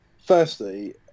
Firstly